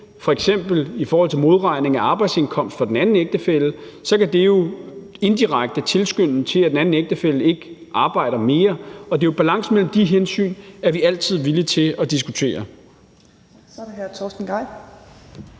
til modregning af arbejdsindkomst for den anden ægtefælle, så kan det jo indirekte tilskynde til, at den anden ægtefælle ikke arbejder mere, og balancen mellem de hensyn er vi altid villige til at diskutere.